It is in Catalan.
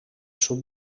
sud